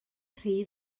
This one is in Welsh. rhy